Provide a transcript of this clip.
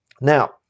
Now